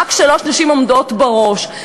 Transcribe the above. ורק שלוש נשים עומדות בראש.